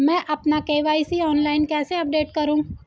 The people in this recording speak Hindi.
मैं अपना के.वाई.सी ऑनलाइन कैसे अपडेट करूँ?